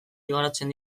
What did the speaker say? igarotzen